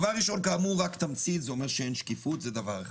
ראשית כאמור רק תמצית זה אומר שאין שקיפות - דבר אחד.